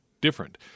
different